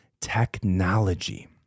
technology